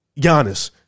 Giannis